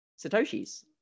satoshis